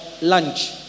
lunch